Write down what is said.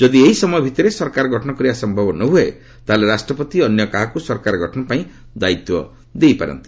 ଯଦି ଏହିସମୟ ଭିତରେ ସରକାର ଗଠନ କରିବା ସମ୍ଭବ ନହୃଏ ତାହେଲେ ରାଷ୍ଟ୍ରପତି ଅନ୍ୟକାହାକୁ ସରକାର ଗଠନ ପାଇଁ ଦାୟିତ୍ୱ ଦେଇପାରନ୍ତି